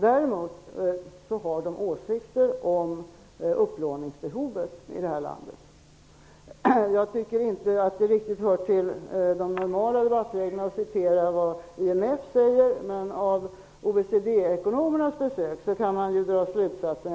Däremot har de åsikter om upplåningsbehovet i det här landet. Men det hör inte riktigt till de normala debattreglerna att citera vad IMF säger, men av OECD-ekonomernas besök kan man dra vissa slutsatser.